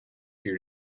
here